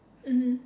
mmhmm